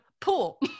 pool